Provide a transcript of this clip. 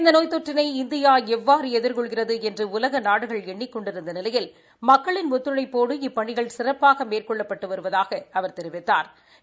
இந்த நோய் தொற்றினை இந்தியா எவ்வாறு எதிர்கொள்கிறது என்று உலக நாடுகள் எண்ணிக் கொண்டிருந்த நிலையில் மக்கள் ஒத்துழைப்போடு இப்பணிகள் சிறப்பாக மேற்கொண்டிருப்பதாக அவர் தெரிவித்தா்